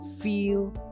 feel